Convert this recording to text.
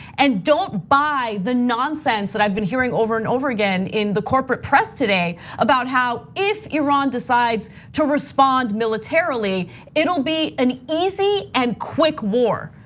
and don't buy the nonsense that i've been hearing over and over again in the corporate press today. about how if iran decides to respond militarily it'll be an easy and quick war.